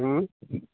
हाँ